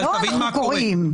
זה לא אנחנו קוראים לזה כך.